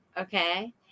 okay